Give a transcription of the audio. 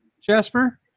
Jasper